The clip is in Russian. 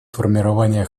формирования